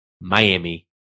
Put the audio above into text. Miami